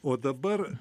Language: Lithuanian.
o dabar